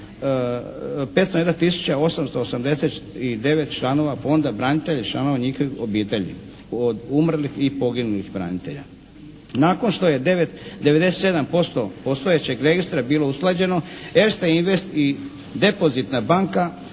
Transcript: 501 889 članova Fonda branitelja i članova njihovih obitelji od umrlih i poginulih branitelja. Nakon što je 97% postojećeg registra bilo usklađeno Erste invest i depozitna banka,